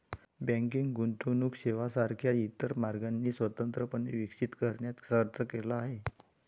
banking गुंतवणूक सेवांसारख्या इतर मार्गांनी स्वतंत्रपणे विकसित करण्यात खर्च केला आहे